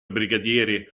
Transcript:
brigadiere